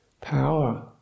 power